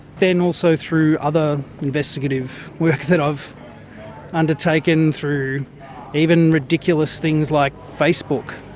then also through other investigative work that i've undertaken through even ridiculous things like facebook,